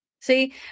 See